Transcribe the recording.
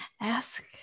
ask